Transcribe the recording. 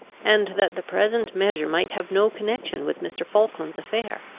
and that the present measure might have no connection with mr. falkland's affair.